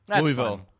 Louisville